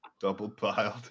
Double-piled